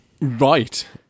Right